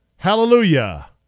Hallelujah